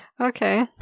okay